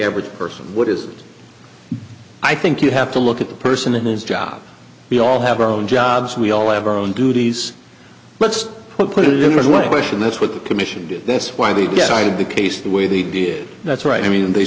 average person what is the i think you have to look at the person and his job we all have our own jobs we all have our own duties let's put in one question that's what the commission did that's why they decided the case the way they did that's right i mean they